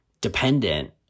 dependent